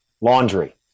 Laundry